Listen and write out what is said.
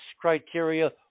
criteria